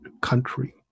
country